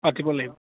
পাতিব লাগিব